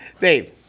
Dave